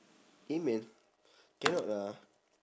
email cannot lah